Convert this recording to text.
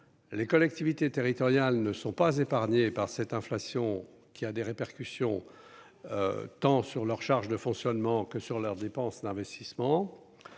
les collectivités territoriales ne sont pas épargnés par cette inflation qui a des répercussions tant sur leurs charges de fonctionnement que sur leurs dépenses d'investissement